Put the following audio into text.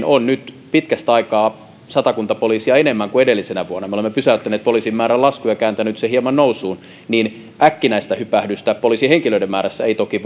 on nyt pitkästä aikaa satakunta poliisia enemmän kuin edellisenä vuonna me olemme pysäyttäneet poliisien määrän laskun ja kääntäneet sen hieman nousuun äkkinäistä hypähdystä poliisihenkilöiden määrässä ei toki